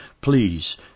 please